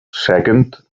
second